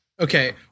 Okay